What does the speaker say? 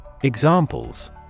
Examples